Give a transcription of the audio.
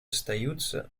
остаются